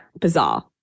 bizarre